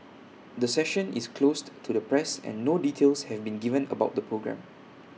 the session is closed to the press and no details have been given about the programme